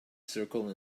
circle